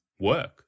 work